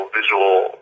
visual